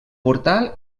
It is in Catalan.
portal